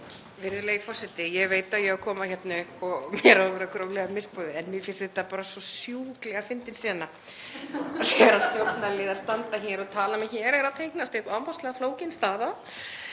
Virðulegi forseti. Ég veit að ég á að koma hérna upp og mér á að vera gróflega misboðið en mér finnst þetta bara svo sjúklega fyndin sena þegar stjórnarliðar standa hér og tala: Hér er að teiknast upp ofboðslega flókin staða.